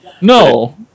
No